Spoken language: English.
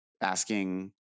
asking